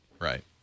right